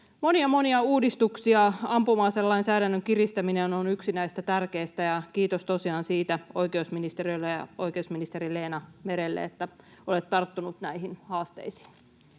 monia uudistuksia. Ampuma-aselainsäädännön kiristäminen on yksi näistä tärkeistä, ja kiitos tosiaan siitä oikeusministeriölle ja oikeusministeri Leena Merelle, että olet tarttunut näihin haasteisiin.